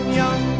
young